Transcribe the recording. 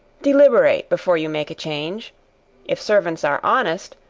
deliberate before you make a change if servants are honest,